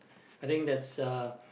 I think that's uh